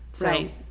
Right